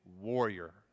warrior